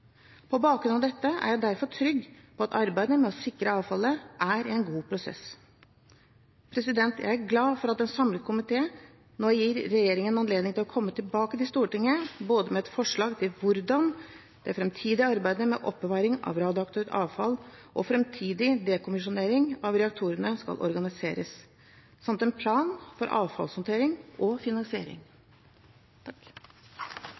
På bakgrunn av dette er jeg derfor trygg på at arbeidet med å sikre avfallet er i en god prosess. Jeg er glad for at en samlet komité nå gir regjeringen anledning til å komme tilbake til Stortinget med både et forslag om hvordan det framtidige arbeidet med oppbevaring av radioaktivt avfall og framtidig dekommisjonering av reaktorene skal organiseres, og en plan for avfallshåndtering og finansiering.